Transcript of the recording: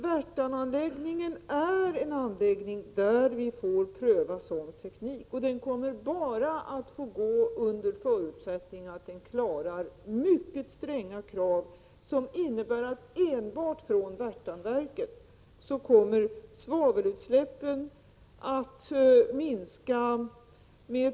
Värtaanläggningen är en anläggning där vi får pröva sådan teknik, och den kommer bara att få gå under förutsättning att den klarar mycket stränga krav.